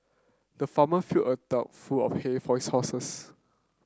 the farmer filled a trough full of hay for his horses